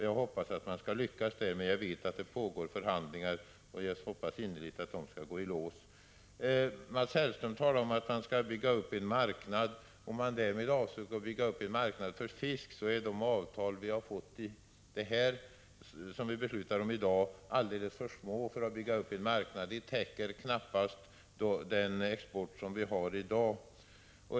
Jag hoppas innerligt att man kommer att lyckas — jag vet att det pågår förhandlingar. Mats Hellström talade om att bygga upp en marknad. Menar han därmed uppbyggandet av en marknad för fisk, vill jag säga att de avtal som vi beslutar om i dag är alldeles för små. Avtalen täcker knappast vår export i dag.